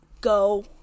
go